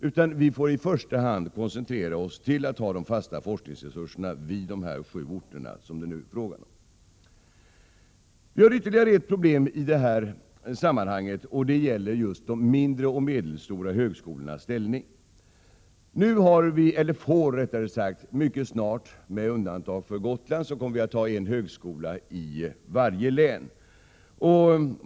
Vi får i stället i första hand koncentrera oss till att ha de fasta forskningsresurserna vid de sju orter som det nu är fråga om. Det finns ytterligare ett problem i detta sammanhang, nämligen de mindre och medelstora högskolornas ställning. Vi kommer mycket snart att ha en högskola i varje län. Ett undantag är emellertid Gotland.